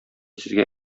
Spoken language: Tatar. сезгә